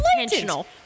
intentional